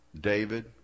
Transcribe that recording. David